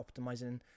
optimizing